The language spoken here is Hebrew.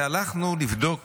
והלכנו לבדוק